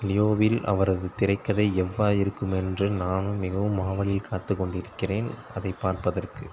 லியோவில் அவரது திரைக்கதை எவ்வாறு இருக்கும் என்று நானும் மிகவும் ஆவலில் காத்து கொண்டு இருக்கின்றேன் அதை பார்ப்பதற்கு